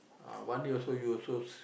ah one day also you also